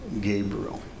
Gabriel